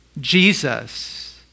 Jesus